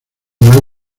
mal